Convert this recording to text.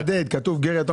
כתוב שגר, יתום